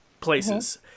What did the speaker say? places